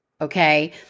Okay